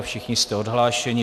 Všichni jste odhlášeni.